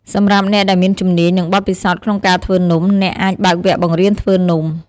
សម្រាប់អ្នកដែលមានជំនាញ និងបទពិសោធន៍ក្នុងការធ្វើនំ អ្នកអាចបើកវគ្គបង្រៀនធ្វើនំ។